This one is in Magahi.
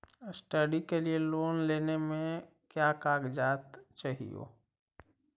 स्टडी के लिये लोन लेने मे का क्या कागजात चहोये?